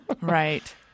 Right